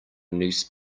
niece